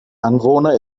anwohner